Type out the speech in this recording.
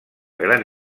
gran